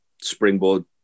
springboard